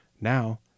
Now